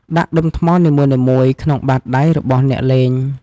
ដាក់ដុំថ្មនីមួយៗក្នុង បាតដៃ របស់អ្នកលេង។